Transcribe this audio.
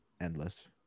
Endless